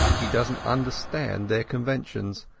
he doesnat understand their conventions,